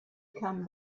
come